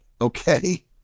okay